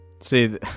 See